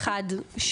אחד,